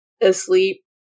asleep